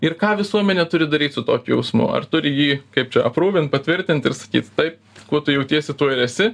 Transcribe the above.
ir ką visuomenė turi daryt su tokiu jausmu ar turi jį kaip čia aprūvint patvirtint ir sakyt taip kuo tu jautiesi tuo ir esi